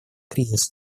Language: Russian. кризиса